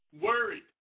worried